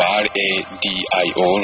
radio